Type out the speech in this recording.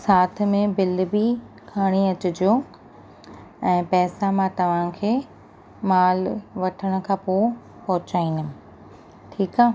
साथ में बिल बि खणी अचिजो ऐं पैसा मां तव्हांखे मालु वठण खां पोइ पहुचाईंदमि ठीकु आहे